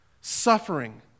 Suffering